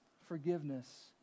forgiveness